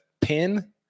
pin